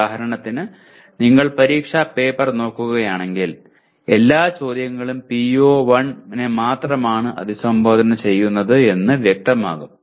ഉദാഹരണത്തിന് നിങ്ങൾ പരീക്ഷാ പേപ്പർ നോക്കുകയാണെങ്കിൽ എല്ലാ ചോദ്യങ്ങളും PO1 നെ മാത്രമാണ് അഭിസംബോധന ചെയ്യുന്നത് എന്ന് വ്യക്തമാകും